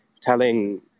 telling